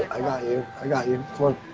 i got you, i got you, i